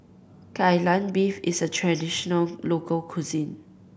Kai Lan Beef is a traditional local cuisine